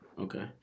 Okay